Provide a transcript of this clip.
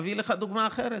אביא לך דוגמה אחרת: